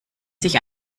sich